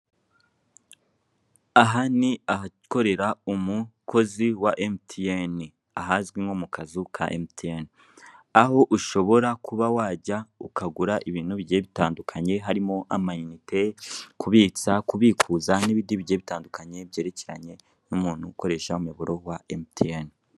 Aha ni ahakorera umukozi wa emutiyeni ahazwi nko mukazu ka emutiyeni, aho ushobora kuba wajya ukagura ibintu bijyiye bitandukanye harimo amayinite, kubitsa, kubikuza n'ibindi bigiye bitandukanye byerekeranye n'umuntu ukoresha umuyoboro wa emutiyeni